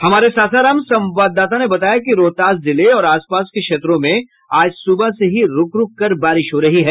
हमारे सासाराम संवाददाता ने बताया कि रोहतास जिले और आस पास के क्षेत्रों में आज सुबह से ही रूक रूक कर बारिश हो रही है